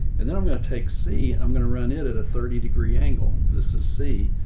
and then i'm going to take c, i'm going to run it at a thirty degree angle. this is c.